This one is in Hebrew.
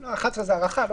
(11) הוא הארכה.